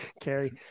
Carrie